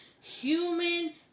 human